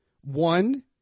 One